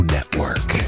Network